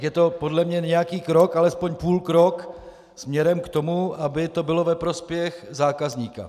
Je to podle mě nějaký krok, alespoň půlkrok směrem k tomu, aby to bylo ve prospěch zákazníka.